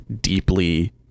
deeply